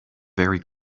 very